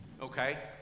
Okay